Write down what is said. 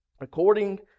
according